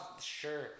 sure